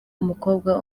umukobwa